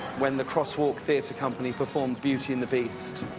when the cross walk theater company performs beuty and the beast.